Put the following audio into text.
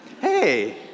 hey